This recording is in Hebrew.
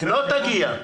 לא תגיע.